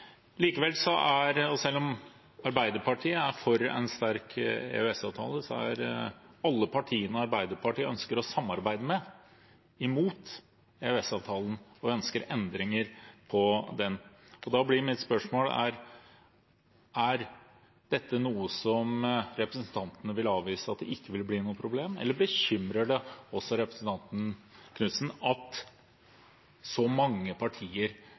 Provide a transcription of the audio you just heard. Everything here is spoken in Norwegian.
Selv om Arbeiderpartiet er for en sterk EØS-avtale, er alle partiene Arbeiderpartiet ønsker å samarbeide med, imot EØS-avtalen og ønsker endringer i den. Da blir mitt spørsmål: Er dette noe som representanten vil avvise at vil bli noe problem, eller bekymrer det også representanten Knutsen at så mange partier